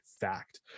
fact